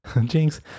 jinx